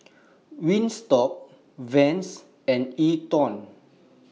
Wingstop Vans and E TWOW